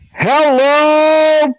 Hello